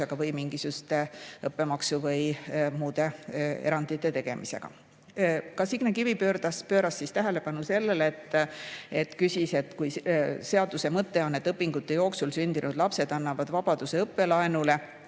või mingisuguse õppemaksu või muude erandite tegemisega. Ka Signe Kivi pööras oma küsimusega tähelepanu sellele, et kui seaduse mõte on, et õpingute jooksul sündinud lapsed annavad vabastuse õppelaenude